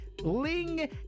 Ling